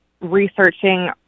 researching